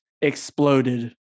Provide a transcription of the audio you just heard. exploded